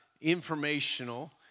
informational